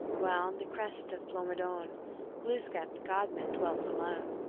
while on the crest of blomidon glooskap, the god-man, dwelt alone.